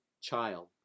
child